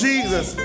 Jesus